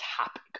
topic